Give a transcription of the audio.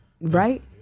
right